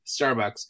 Starbucks